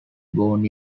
born